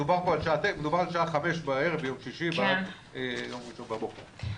על שעה חמש בערב ביום שישי ועד יום ראשון בבוקר.